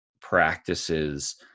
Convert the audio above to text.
practices